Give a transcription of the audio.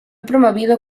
promovido